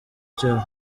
cyabo